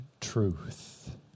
truth